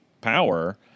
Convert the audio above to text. power